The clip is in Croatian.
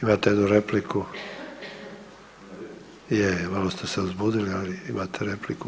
Imate jednu repliku. … [[Upadica se ne razumije]] Je, malo ste se uzbudili, ali imate repliku.